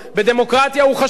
בדמוקרטיה הוא חשוב,